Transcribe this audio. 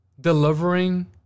delivering